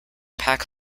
pack